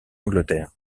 angleterre